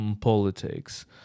politics